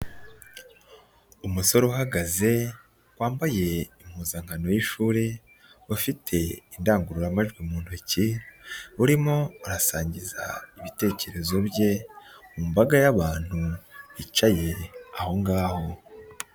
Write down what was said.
Umusore uhagaze wambaye impuzankano y'ishuri ufite indangururamajwi mu ntoki urimo urasangiza ibitekerezo bye mu mbaga y'abantu bicaye aho ngaho.